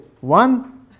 one